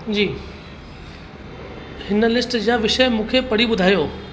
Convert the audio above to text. जी हिन लिस्ट जा विषय मूंखे पढ़ी ॿुधायो